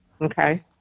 okay